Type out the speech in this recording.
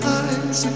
eyes